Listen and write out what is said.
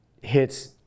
hits